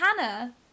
Hannah